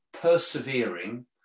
persevering